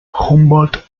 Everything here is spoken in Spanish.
humboldt